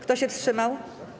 Kto się wstrzymał?